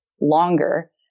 longer